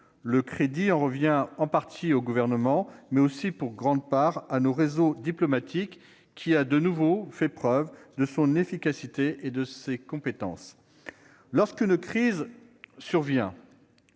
Le crédit en revient en partie au Gouvernement, mais aussi, pour une grande part, à notre réseau diplomatique, qui a de nouveau fait la preuve de son efficacité et de ses compétences. Lorsqu'une crise survient,